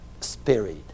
Spirit